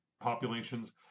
populations